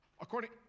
According